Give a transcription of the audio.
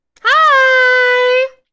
Hi